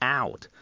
out